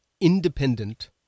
independent